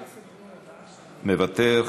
מוותר,